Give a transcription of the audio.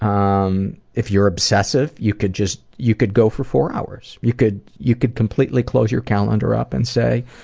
um, if you're obsessive, you could just you could go for four hours. you could, you could completely close your calendar up and say,